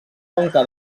conca